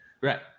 Right